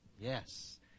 Yes